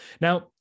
Now